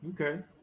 Okay